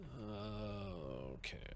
Okay